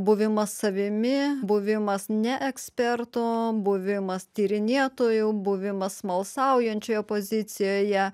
buvimas savimi buvimas ne ekspertu buvimas tyrinėtoju buvimas smalsaujančiojo pozicijoje